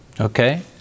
Okay